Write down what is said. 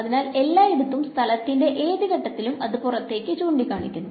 അതിനാൽ എല്ലായിടത്തും സ്ഥലത്തിന്റെ ഏത് ഘട്ടത്തിലും അത് പുറത്തേക്ക് ചൂണ്ടിക്കാണിക്കുന്നു